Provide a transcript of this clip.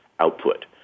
output